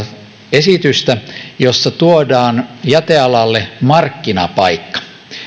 esitystä jossa tuodaan jätealalle markkinapaikka